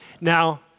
Now